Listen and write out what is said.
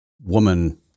woman